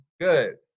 good